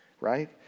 right